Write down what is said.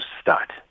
start